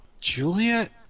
Juliet